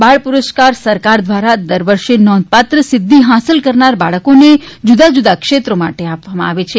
બાળ પુરસ્કાર સરકાર દ્વારા દર વર્ષે નોંધપાત્ર સિદ્ધિ હાંસલ કરનાર બાળકોને જુદાજુદા ક્ષેત્રો માટે આપવામાં આવે છે